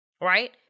Right